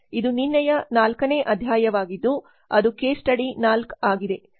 ಇದು ನಿನ್ನೆಯ 4 ನೇ ಅಧ್ಯಾಯವಾಗಿದ್ದು ಅದು ಕೇಸ್ ಸ್ಟಡಿ 4 ಆಗಿದೆ